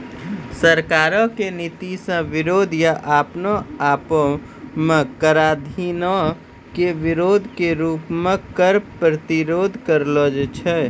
सरकारो के नीति के विरोध या अपने आपो मे कराधानो के विरोधो के रूपो मे कर प्रतिरोध करै छै